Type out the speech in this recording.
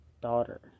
daughter